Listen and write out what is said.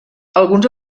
alguns